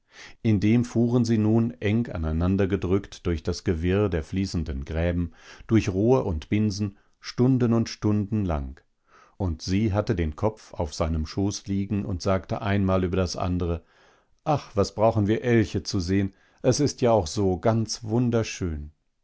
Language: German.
dem fuhren sie nun eng aneinander gedrückt durch das gewirr der fließenden gräben durch rohr und binsen stunden und stundenlang und sie hatte den kopf auf seinem schoß liegen und sagte ein mal über das andere ach was brauchen wir elche zu sehen es ist ja auch so ganz wunderschön